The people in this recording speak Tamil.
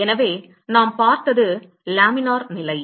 எனவே நாம் பார்த்தது லேமினார் நிலை